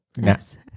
Yes